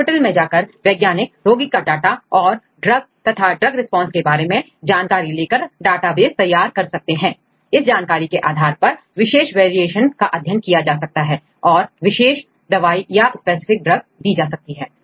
hospital में जाकर वैज्ञानिक रोगी का डाटा और ड्रग तथा ड्रग रिस्पांस के बारे में जानकारी लेकर डाटाबेस तैयार कर सकते हैं इस जानकारी के आधार पर विशेष वेरिएशन का अध्ययन किया जा सकता है और विशेष दवाई या स्पेसिफिक ड्रग दी जा सकती है